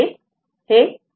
हे τ आहे